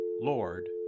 Lord